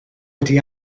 wedi